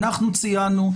ואנחנו ציינו,